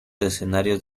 escenarios